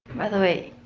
by the way,